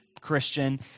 Christian